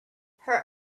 her